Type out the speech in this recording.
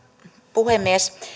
puhemies